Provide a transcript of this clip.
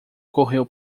correu